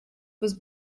was